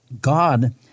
God